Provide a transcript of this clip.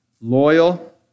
loyal